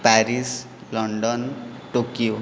Paris London Tokyo